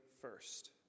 first